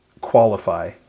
qualify